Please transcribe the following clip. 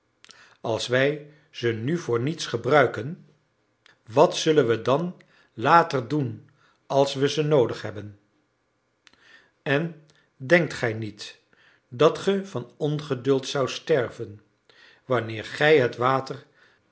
als wij ze nu voor niets gebruiken wat zullen we dan later doen als we ze noodig hebben en denkt gij niet dat ge van ongeduld zoudt sterven wanneer gij het water